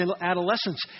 adolescence